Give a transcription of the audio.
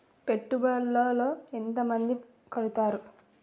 పెట్టుబడుల లో ఎంత మంది కడుతరు?